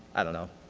i don't know.